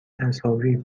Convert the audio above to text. تصاویر